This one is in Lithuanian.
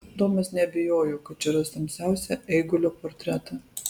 domas neabejojo kad čia ras tamsiausią eigulio portretą